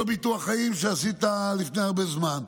זה אותו ביטוח חיים שעשית לפני הרבה זמן.